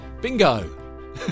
bingo